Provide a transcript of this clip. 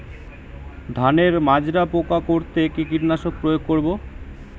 ধানের মাজরা পোকা মারতে কি কীটনাশক প্রয়োগ করব?